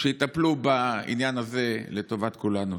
שיטפלו בעניין הזה, לטובת כולנו.